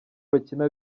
bakina